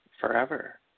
forever